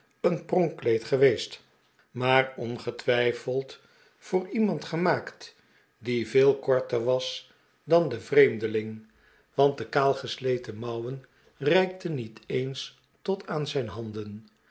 een pronkkleed geweest maar ongetwijfeld voor iemand gemaakt die veel korter was dan de vreemdeling want de kaalgesleten mouwen reikten niet eens tot aan zijn handen